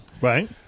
Right